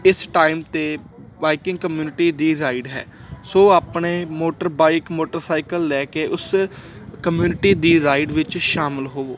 ਇਸ ਟਾਈਮ 'ਤੇ biking community ਦੀ ਰਾਈਡ ਹੈ ਸੋ ਆਪਣੇ ਮੋਟਰ ਬਾਈਕ ਮੋਟਰਸਾਈਕਲ ਲੈ ਕੇ ਉਸ ਕਮਿਊਨਿਟੀ ਦੀ ਰਾਈਡ ਵਿੱਚ ਸ਼ਾਮਿਲ ਹੋਵੋ